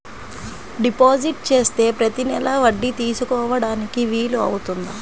Deposit చేస్తే ప్రతి నెల వడ్డీ తీసుకోవడానికి వీలు అవుతుందా?